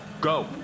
Go